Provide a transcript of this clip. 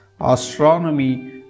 astronomy